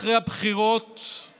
הבחירות